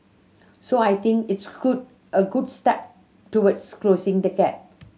so I think it's good a good step towards closing the gap